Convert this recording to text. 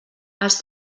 els